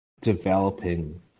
Developing